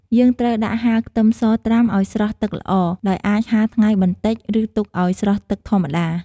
យើងត្រូវដាក់ហាលខ្ទឹមសត្រាំឱ្យស្រស់ទឹកល្អ ដោយអាចហាលថ្ងៃបន្តិច ឬទុកឱ្យស្រស់ទឹកធម្មតា។